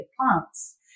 plants